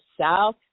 south